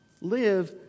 Live